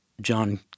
John